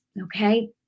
Okay